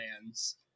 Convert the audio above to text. Plans